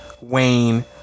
wayne